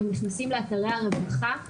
אם נכנסים לאתרי הרווחה,